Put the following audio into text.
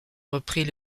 reprit